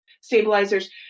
stabilizers